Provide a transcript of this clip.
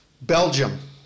Belgium